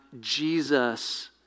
Jesus